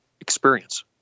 experience